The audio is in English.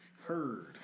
Heard